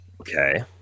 Okay